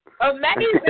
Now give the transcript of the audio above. Amazing